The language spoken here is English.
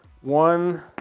one